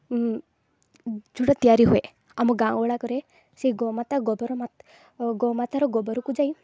ଯେଉଁଟା ତିଆରି ହୁଏ ଆମ ଗାଁଗୁଡ଼ାକରେ ସେ ଗୋମାତା ଗୋବର ଗୋମାତାର ଗୋବରକୁ ଯାଇ